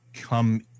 Come